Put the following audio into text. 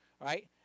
right